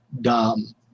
dom